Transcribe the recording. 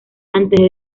antes